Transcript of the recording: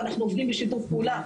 אנחנו עובדים בשיתוף פעולה,